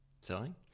selling